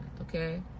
okay